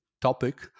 topic